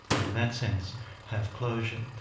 and in that sense have closure.